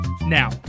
Now